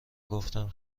گفتم